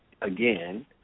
again